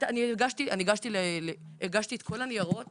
הגשתי את כל הניירות